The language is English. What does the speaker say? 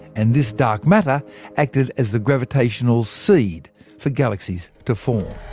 and this dark matter acted as the gravitational seed for galaxies to form.